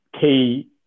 key